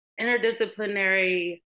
interdisciplinary